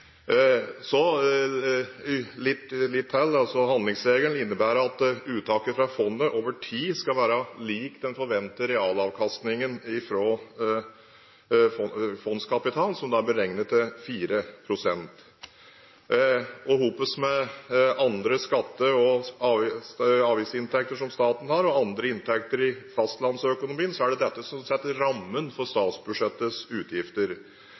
Handlingsregelen innebærer at uttaket fra fondet over tid skal være lik den forventede realavkastningen fra fondskapitalen, som er beregnet til 4 pst. Sammen med andre skatte- og avgiftsinntekter som staten har, og andre inntekter i fastlandsøkonomien, er det dette som setter rammen for statsbudsjettets utgifter.